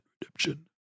Redemption